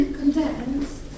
condensed